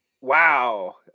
wow